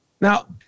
Now